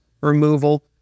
removal